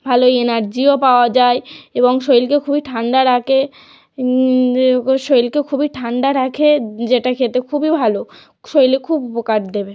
ভালোই এনার্জিও পাওয়া যায় এবং শরীলকেও খুবই ঠান্ডা রাখে যে ওকে শরীরকেও খুবই ঠান্ডা রাখে যেটা খেতে খুবই ভালো শরীরে খুব উপকার দেবে